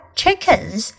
chickens